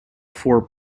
four